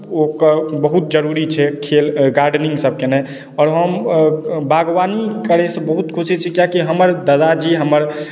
ओकर बहुत जरूरी छै खेल गार्डेनिङ्ग सब केनाइ आओर हम बागवानी करैसँ बहुत खुश होइ छी कियाकि हमर ददाजी हमर